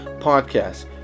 podcast